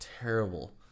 terrible